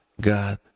God